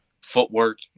footwork